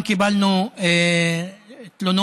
גם קיבלנו תלונות.